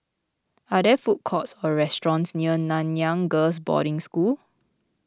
are there food courts or restaurants near Nanyang Girls' Boarding School